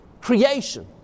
creation